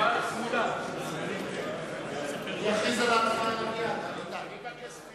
אני מבקשת